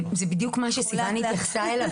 זה בדיוק מה שסיון התייחסה אליו